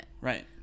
right